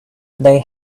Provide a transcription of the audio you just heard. they